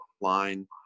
line